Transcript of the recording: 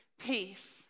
peace